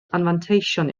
anfanteision